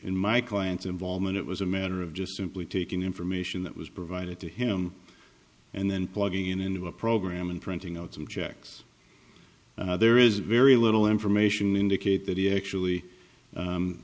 in my client's involvement it was a matter of just simply taking the information that was provided to him and then plugging in into a program and printing out some checks there is very little information indicate that he actually